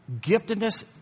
giftedness